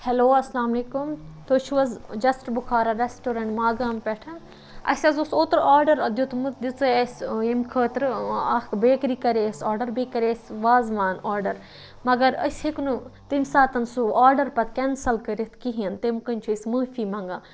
hello اَسلامُ علیکُم تُہۍ چھُو حظ جَسٹہٕ بُخارا رٮ۪سٹورنٛٹ ماگام پٮ۪ٹھ اَسہِ حظ اوس اوترٕ آرڈَر دِیُتمُت دِژے اَسہِ ییٚمہِ خٲطرٕ اَکھ بیکری کَرے اَسہِ آرڈَر بیٚیہِ کَرے اَسہِ وازوان آرڈَر مگر أسۍ ہیٚکۍ نہٕ تمہِ ساتَن سُہ آرڈَر پَتہٕ کٮ۪نسَل کٔرِتھ کِہیٖنۍ تمہِ کٔنۍ چھِ أسۍ معٲفی منٛگان